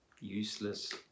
useless